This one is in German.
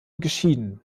geschieden